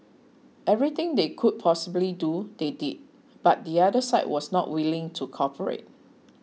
everything they could possibly do they did but the other side was not willing to cooperate